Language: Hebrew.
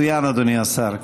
לסעיף 8 אין הסתייגויות.